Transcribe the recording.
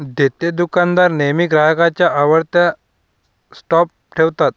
देतेदुकानदार नेहमी ग्राहकांच्या आवडत्या स्टॉप ठेवतात